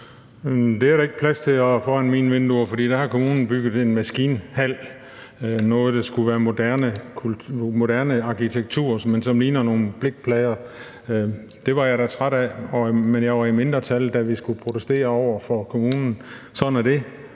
Det er der ikke plads til foran mine vinduer, for der har kommunen bygget en maskinhal i noget, der skulle være moderne arkitektur, men som så ligner nogle blikplader. Det var jeg da træt af, men jeg var i mindretal, da vi skulle protestere over for kommunen. Sådan er det,